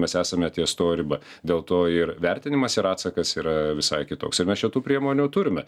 mes esame ties to riba dėl to ir vertinimas ir atsakas yra visai kitoks ir mes čia tų priemonių turime